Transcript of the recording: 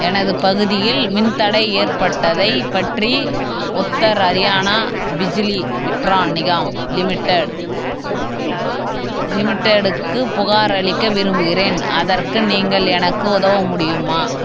எனது பகுதியில் மின்தடை ஏற்பட்டதைப் பற்றி உத்தர் ஹரியானா பிஜிலி விட்ரான் நிகாம் லிமிட்டெட் லிமிட்டெடுக்கு புகாரளிக்க விரும்புகிறேன் அதற்கு நீங்கள் எனக்கு உதவ முடியுமா